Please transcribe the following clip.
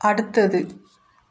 அடுத்தது